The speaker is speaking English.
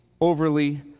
overly